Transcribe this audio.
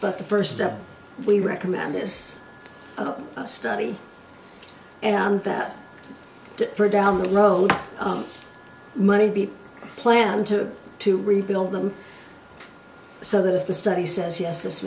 but the first step we recommend this study and that for down the road money be planned to to rebuild them so that if the study says yes this